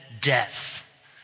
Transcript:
death